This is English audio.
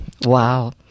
Wow